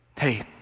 Hey